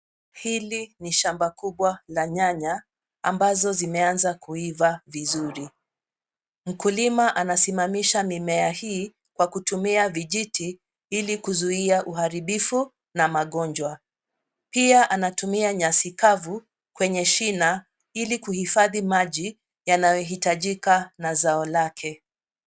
Hili ni shamba kubwa la nyanya ambazo zimeanza kuiva vizuri. Mkulima anasimamisha mimea hii kwa kutumia vijiti ili kuzuia uharibifu na magonjwa. Pia anatumia nyasi kavu kwenye shina ili kuhifadi maji yanayo hitajika na zao lake.